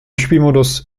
spielmodus